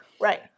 right